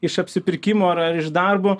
iš apsipirkimo ar iš darbo